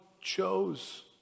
chose